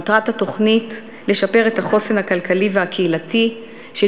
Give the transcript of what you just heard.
מטרת התוכנית: לשפר את החוסן הכלכלי והקהילתי של